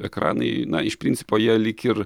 ekranai iš principo jie lyg ir